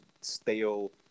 stale